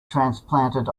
transplanted